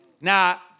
Now